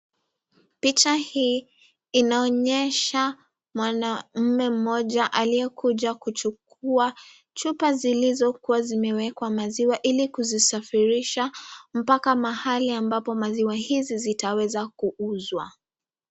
Picha hii inaonyesha mwanaume mmoja aliyekuja kuchukua chupa zilizo kuwa zimewekwa maziwa, ili kuzisafirisha mpaka mahali ambapo maziwa hizi zitaweza kuuzwa.